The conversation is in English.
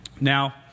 Now